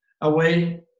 away